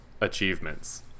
achievements